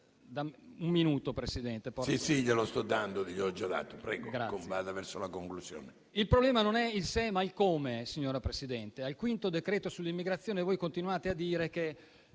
il problema non è il se, ma il come, signora Presidente: al quinto decreto-legge sull'immigrazione continuate a dire che